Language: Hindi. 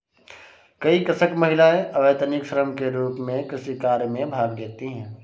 कई कृषक महिलाएं अवैतनिक श्रम के रूप में कृषि कार्य में भाग लेती हैं